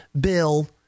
bill